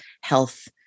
health